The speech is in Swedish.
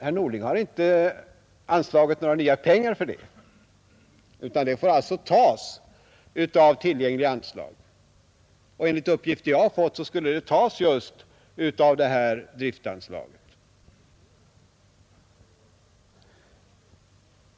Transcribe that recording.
Herr Norling har inte anslagit några nya pengar till detta ändamål utan de skall alltså tas av tillgängliga anslag. Enligt uppgifter som jag har fått skulle de tas just av detta driftanslag.